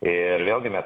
ir vėlgi mes